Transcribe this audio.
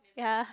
ya